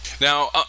now